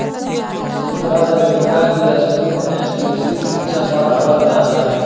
संयुक्त राज्य अमेरिका के स्कूल में कृषि शिक्षा पढ़ावल जा हइ